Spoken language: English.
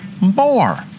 more